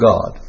God